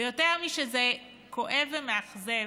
ויותר משזה כואב ומאכזב,